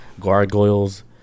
gargoyles